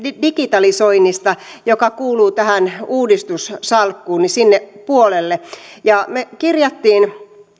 digitalisoinnista joka kuuluu tähän uudistussalkkuuni sinne puolelle me kirjasimme